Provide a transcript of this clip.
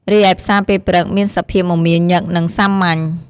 រីឯផ្សារពេលព្រឹកមានសភាពមមាញឹក និងសាមញ្ញ។